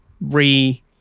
re